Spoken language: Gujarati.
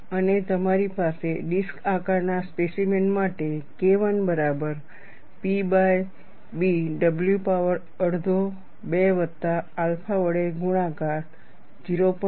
અને તમારી પાસે ડિસ્ક આકારના સ્પેસીમેન માટે KI બરાબર PB w પાવર અડધો 2 વત્તા આલ્ફા વડે ગુણાકાર 0